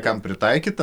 kam pritaikyta